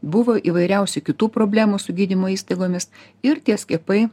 buvo įvairiausių kitų problemų su gydymo įstaigomis ir tie skiepai